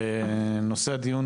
נושא הדיון,